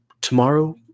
tomorrow